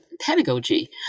pedagogy